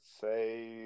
say